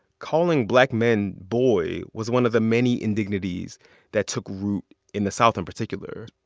calling black men boy was one of the many indignities that took root in the south in particular.